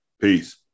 Peace